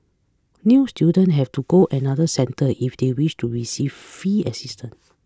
new student have to go another centre if they wish to receive fee assistance